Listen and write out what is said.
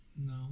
no